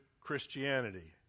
Christianity